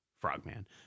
frogman